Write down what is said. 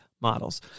models